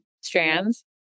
strands